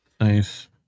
Nice